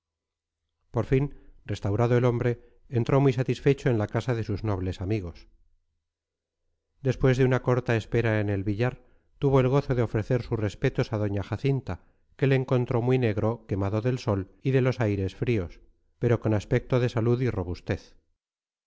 por fin restaurado el hombre entró muy satisfecho en la casa de sus nobles amigos después de una corta espera en el billar tuvo el gozo de ofrecer sus respetos a doña jacinta que le encontró muy negro quemado del sol y de los aires fríos pero con aspecto de salud y robustez